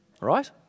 Right